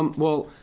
um well,